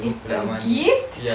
it's a gift